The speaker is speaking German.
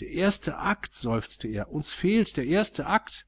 der erste akt seufzte er uns fehlt der erste akt